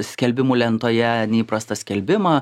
skelbimų lentoje neįprastą skelbimą